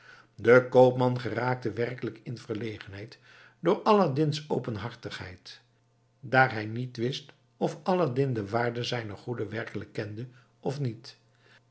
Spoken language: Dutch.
de koopman geraakte werkelijk in verlegenheid door aladdin's openhartigheid daar hij niet wist of aladdin de waarde zijner goederen werkelijk kende of niet